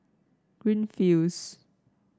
Greenfields